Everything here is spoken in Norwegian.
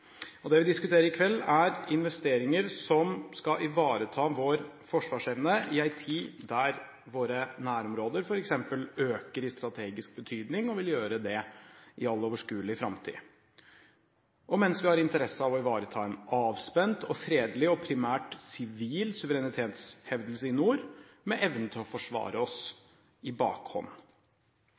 med. Det vi diskuterer i kveld, er investeringer som skal ivareta vår forsvarsevne i en tid da våre nærområder f.eks. øker i strategisk betydning og vil gjøre det i all overskuelig framtid. Vi har interesse av å ivareta en avspent, fredelig og primært sivil suverenitetshevdelse i nord med evnen til å forsvare oss i bakhånd.